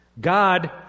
God